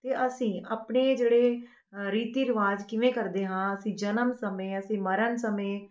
ਅਤੇ ਅਸੀਂ ਆਪਣੇ ਜਿਹੜੇ ਅ ਰੀਤੀ ਰਿਵਾਜ ਕਿਵੇਂ ਕਰਦੇ ਹਾਂ ਅਸੀਂ ਜਨਮ ਸਮੇਂ ਅਸੀਂ ਮਰਨ ਸਮੇਂ